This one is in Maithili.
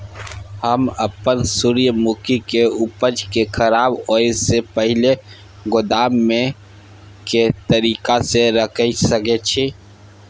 हम अपन सूर्यमुखी के उपज के खराब होयसे पहिले गोदाम में के तरीका से रयख सके छी?